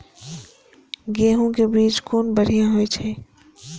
गैहू कै बीज कुन बढ़िया होय छै?